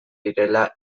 direla